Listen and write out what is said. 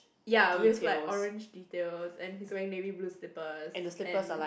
ya with like orange details and he's wearing navy blue slippers and